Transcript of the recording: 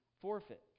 forfeit